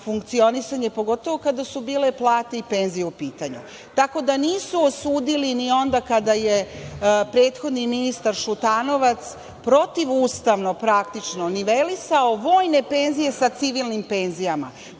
funkcionisanje, pogotovo kada su bile plate i penzije u pitanju, tako da nisu osudili ni onda kada je prethodni ministar Šutanovac protivustavno praktično nivelisao vojne penzije sa civilnim penzijama,